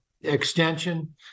extension